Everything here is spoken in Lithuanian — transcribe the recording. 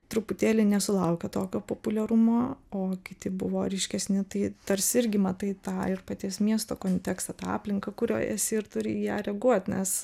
truputėlį nesulaukė tokio populiarumo o kiti buvo ryškesni tai tarsi irgi matai tą ir paties miesto kontekstą tą aplinką kurioj esi ir turi į ją reaguot nes